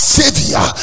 savior